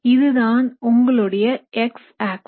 இதுதான் உங்களுடைய X axis